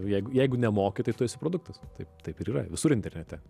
jeigu jeigu nemoki tai tu esi produktas taip taip ir yra visur internete